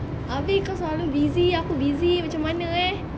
abeh kau selalu busy aku busy macam mana eh